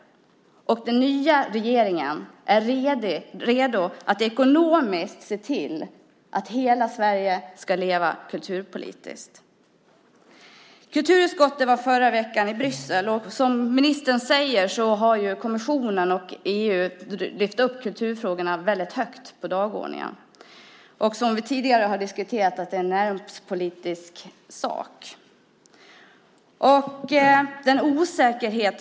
Är den nya regeringen redo att ekonomiskt se till att hela Sverige ska leva kulturpolitiskt? Kulturutskottet var förra veckan i Bryssel. Som ministern säger har kommissionen och EU lyft upp kulturfrågorna väldigt högt på dagordningen. Som vi tidigare har diskuterat är det en näringspolitisk sak.